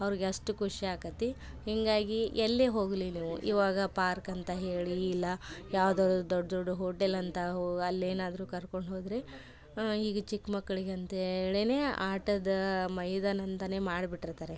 ಅವ್ರ್ಗೆ ಅಷ್ಟು ಖುಷಿ ಆಕ್ಕತಿ ಹೀಗಾಗಿ ಎಲ್ಲೇ ಹೋಗಲಿ ನೀವು ಇವಾಗ ಪಾರ್ಕಂತ ಹೇಳಿ ಇಲ್ಲ ಯಾವ್ದಾದ್ರು ದೊಡ್ಡ ದೊಡ್ಡ ಹೋಟೆಲ್ ಅಂತ ಹೊ ಅಲ್ಲಿ ಏನಾದರು ಕರ್ಕೊಂಡು ಹೋದರೆ ಈಗ ಚಿಕ್ಕ ಮಕ್ಳಿಗೆ ಅಂತ ಹೇಳಿಯೇ ಆಟದ ಮೈದಾನ ಅಂತಲೇ ಮಾಡಿ ಬಿಟ್ಟಿರ್ತಾರೆ